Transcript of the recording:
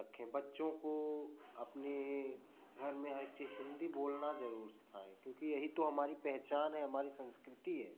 रखे बच्चों को अपने घर में हर चीज हिंदी बोलना जरूर सिखाएँ क्योंकि यही तो हमारी पहचान है हमारी संस्कृति है